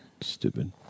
Stupid